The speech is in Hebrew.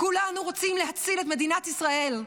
כולנו רוצים להציל את מדינת ישראל.